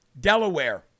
Delaware